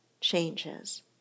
changes